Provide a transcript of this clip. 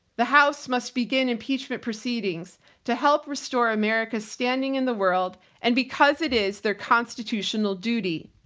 the house must begin impeachment proceedings to help restore america's standing in the world and because it is their constitutional duty,